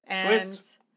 Twist